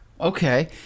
Okay